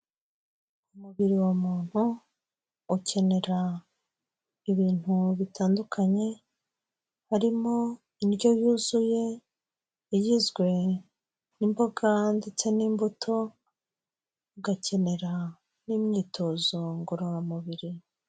Umubiri wa muntu ukenera ibintu bitandukanye, harimo indyo yuzuye igizwe n'imboga ndetse n'imbuto, ugakenera n'imyitozo ngororamubiri.